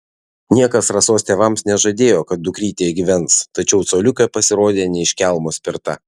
niekas rasos tėvams nežadėjo kad dukrytė gyvens tačiau coliukė pasirodė ne iš kelmo spirta